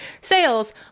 sales